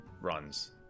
runs